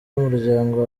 y’umuryango